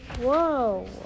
whoa